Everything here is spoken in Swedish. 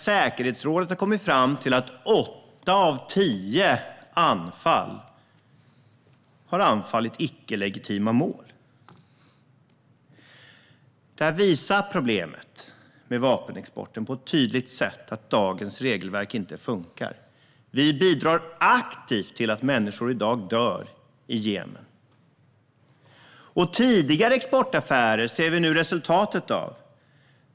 Säkerhetsrådet har kommit fram till att åtta av tio anfall har varit mot icke-legitima mål. Det här visar problemet med vapenexporten på ett tydligt sätt och att dagens regelverk inte funkar. Vi bidrar aktivt till att människor i dag dör i Jemen. Tidigare exportaffärer ser vi nu resultatet av.